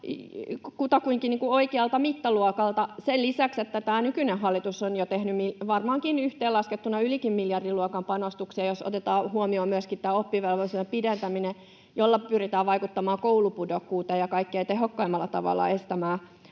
kutakuinkin oikealta mittaluokalta, sen lisäksi, että tämä nykyinen hallitus on jo tehnyt varmaankin yhteenlaskettuna ylikin miljardin luokan panostuksia, jos otetaan huomioon myöskin oppivelvollisuuden pidentäminen, jolla pyritään vaikuttamaan koulupudokkuuteen ja kaikkein tehokkaimmalla tavalla estämään